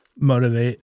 motivate